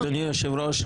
אדוני היושב-ראש,